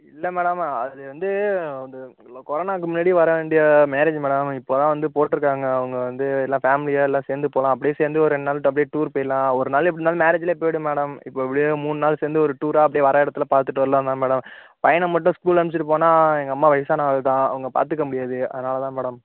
இல்லை மேடம் அது வந்து அந்த கொரோனாக்கு முன்னாடி வர வேண்டிய மேரேஜ் மேடம் இப்ப தான் வந்து போட்டிருக்காங்க அவங்க வந்து எல்லாம் ஃபேம்லியா எல்லாம் சேர்ந்து போகலாம் அப்படியே சேர்ந்து ஒரு ரெண்டு நாள் அப்படியே டூர் போயிடலாம் ஒரு நாள் எப்படி இருந்தாலும் மேரேஜுலையே போயிடும் மேடம் இப்போ இப்படியே மூணு நாள் சேர்ந்து ஒரு டூராக அப்படியே வர இடத்தில் பார்த்துட்டு வரலான்னு தான் மேடம் பையனை மட்டும் ஸ்கூல் அனுப்பிச்சிட்டு போனால் எங்கள் அம்மா வயசான ஆள் தான் அங்க பார்த்துக்க முடியாது அதனால் தான் மேடம்